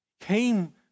Came